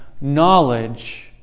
knowledge